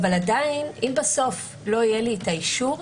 אבל עדיין אם בסוף לא יהיה לי את האישור,